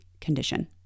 condition